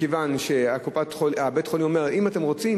מכיוון שבית-החולים אומר שאם רוצים,